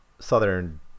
southern